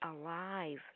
alive